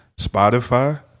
Spotify